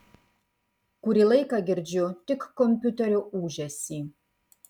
kurį laiką girdžiu tik kompiuterio ūžesį